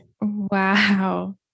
wow